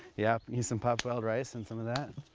yeah use some popped wild rice and some of that.